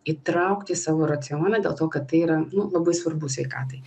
įtraukti į savo racioną dėl to kad tai yra nu labai svarbu sveikatai